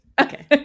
Okay